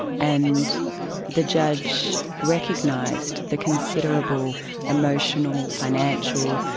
and the judge recognised the considerable emotional, financial,